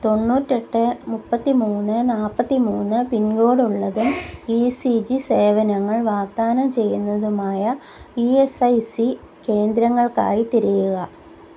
തൊണ്ണൂറ്റെട്ട് മുപ്പത്തി മൂന്ന് നാൽപ്പത്തി മൂന്ന് പിൻകോഡ് ഉള്ളതും ഇ സി ജി സേവനങ്ങൾ വാഗ്ദാനം ചെയ്യുന്നതുമായ ഇ എസ് ഐ സി കേന്ദ്രങ്ങൾക്കായി തിരയുക